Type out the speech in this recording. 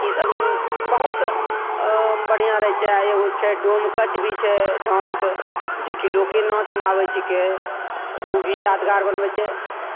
ईसब बहुत अँ बढ़िआँ रहै छै आओर एगो छै डोमकछ भी छै डान्स जेकि लोके नाचमे आबै छिकै ओ भी यादगार बनबै छै